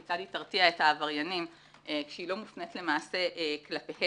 כיצד היא תרתיע את העבריינים כשהיא לא מופנית למעשה כלפיהם.